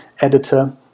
editor